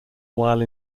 while